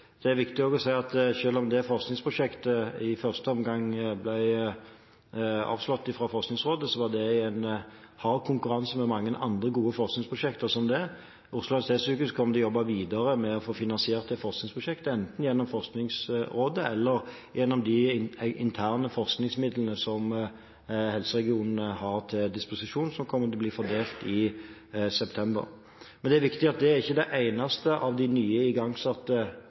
Det er også viktig å si at selv om det forskningsprosjektet i første omgang ble avslått av Forskningsrådet, var det i hard konkurranse med mange andre gode forskningsprosjekter. Oslo universitetssykehus kommer til å jobbe videre med å få finansiert det forskningsprosjektet, enten gjennom Forskningsrådet eller gjennom de interne forskningsmidlene som helseregionene har til disposisjon, og som kommer til å bli fordelt i september. Det er viktig å si at det ikke er det eneste av de nye, igangsatte